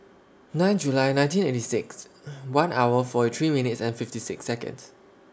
nine July nineteen eighty six one hour forty three minutes and fifty six Seconds